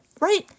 right